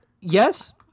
yes